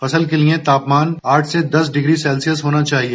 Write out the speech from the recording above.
फसल के लिए तापमान आठ से दस डिग्री सेल्सियस होना चाहिए